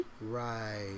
Right